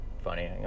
funny